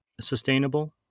sustainable